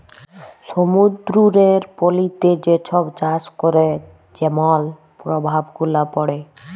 সমুদ্দুরের পলিতে যে ছব চাষ ক্যরে যেমল পরভাব গুলা পড়ে